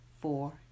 four